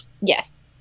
Yes